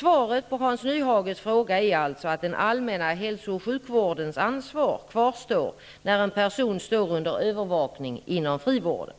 Svaret på Hans Nyhages fråga är alltså att den allmänna hälso och sjukvårdens ansvar kvarstår när en person står under övervakning inom frivården.